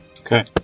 Okay